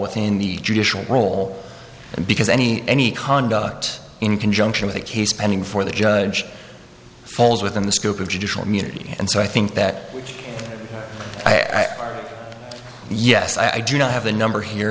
within the judicial role and because any any conduct in conjunction with a case pending before the judge falls within the scope of judicial immunity and so i think that yes i do not have the number here